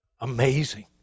Amazing